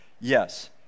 yes